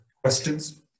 questions